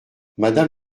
madame